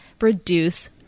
reduce